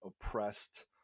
oppressed